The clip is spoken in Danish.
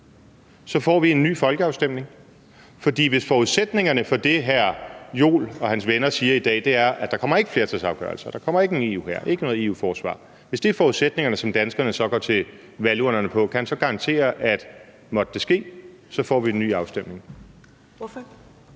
så får vi en ny folkeafstemning? For hvis forudsætningerne for det, hr. Jens Joel og hans venner siger i dag, er, at der ikke kommer flertalsafgørelser, og at der ikke kommer en EU-hær, ikke noget EU-forsvar, og hvis det er de forudsætninger, danskerne går til valgurnerne på, kan han så garantere, at hvis det måtte ske, så får vi en ny afstemning?